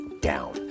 down